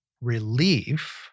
relief